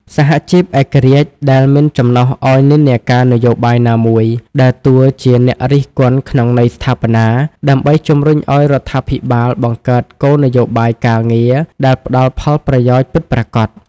សហជីពឯករាជ្យដែលមិនចំណុះឱ្យនិន្នាការនយោបាយណាមួយ ដើរតួជាអ្នករិះគន់ក្នុងន័យស្ថាបនា ដើម្បីជំរុញឱ្យរដ្ឋាភិបាលបង្កើតគោលនយោបាយការងារដែលផ្តល់ផលប្រយោជន៍ពិតប្រាកដ។